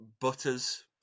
Butters